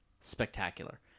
spectacular